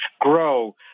grow